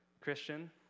Christian